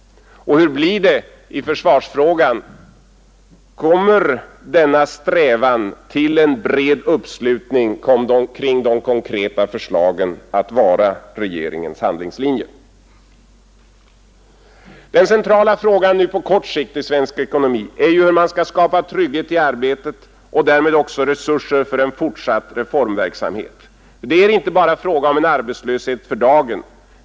Och hur blir det i försvarsfrågan? Kommer denna strävan till en bred uppslutning kring de konkreta förslagen att vara regeringens handlingslinje? Den centrala frågan i svensk ekonomi nu är hur man skall skapa trygghet i arbetet och därmed också resurser för en fortsatt reformverksamhet. Det är inte bara fråga om en arbetslöshet för dagen.